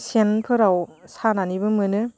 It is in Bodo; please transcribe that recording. सेनफोराव सानानैबो मोनो